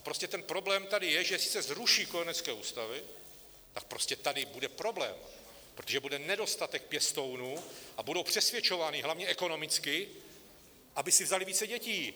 Prostě ten problém tady je, že jestli zruší kojenecké ústavy, tak tady bude problém, protože bude nedostatek pěstounů a budou přesvědčováni hlavně ekonomicky, aby si vzali více dětí.